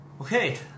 Okay